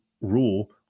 rule